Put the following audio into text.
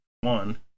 one